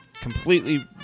completely